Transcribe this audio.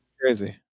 Crazy